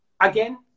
Again